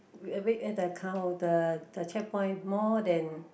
we wait at the car of the the checkpoint more than